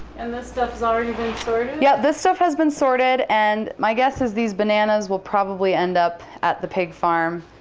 and this stuff has already been sorted? yep, this stuff has been sorted and my guess is these bananas will probably end up at the pig farm.